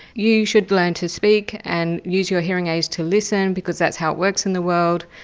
you should learn to speak and use your hearing aids to listen, because that's how it works in the world.